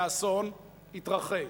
והאסון התרחש.